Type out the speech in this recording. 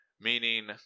Meaning